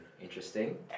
Interesting